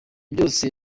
byose